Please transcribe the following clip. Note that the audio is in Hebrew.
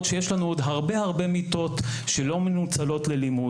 שיש לנו עוד הרבה הרבה מיטות שלא מנוצלות ללימוד,